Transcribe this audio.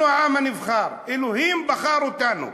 אנחנו העם הנבחר, אלוהים בחר אותנו.